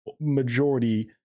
majority